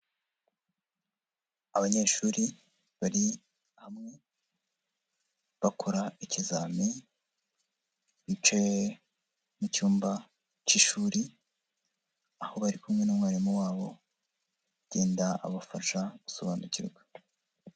Abanyeshuri bari hamwe bakora ikizami, bicaye mu cyumba k'ishuri, aho bari kumwe n'umwarimu wabo agenda abafasha gusobanukirwa.